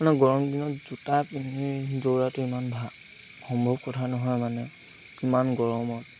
মানে গৰম দিনত জোতা পিন্ধি দৌৰাটো ইমান ভা সম্ভৱ কথা নহয় মানে ইমান গৰমত